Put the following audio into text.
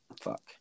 Fuck